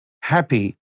happy